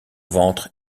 ventre